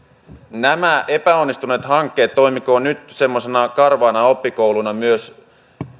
nämä epäonnistuneet hankkeet toimikoot nyt semmoisena karvaana oppikouluna myös